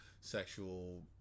sexual